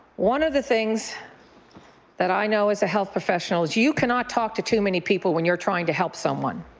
one of the things that i know as a health professional you can not talk to too many people when you're trying to help someone